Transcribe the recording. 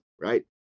right